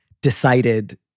decided